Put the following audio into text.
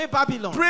Babylon